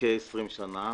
סייענים,